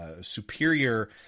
superior